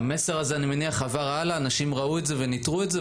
אני מניח שהמסר עבר הלאה, אנשים ראו וניטרו את זה.